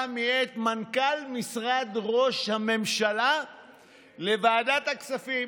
מאת מנכ"ל משרד ראש הממשלה לוועדת הכספים